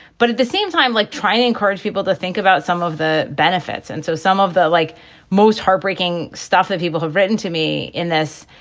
but at the same time, like trying to encourage people to think about some of the benefits and so some of the like most heartbreaking stuff that people have written to me in this.